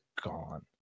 gone